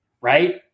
right